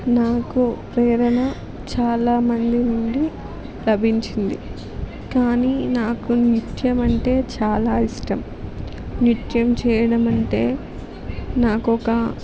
నాకు ప్రేరణ చాలామంది నుండి లభించింది కానీ నాకు నృత్యం అంటే చాలా ఇష్టం నృత్యం చేయడం అంటే నాకొక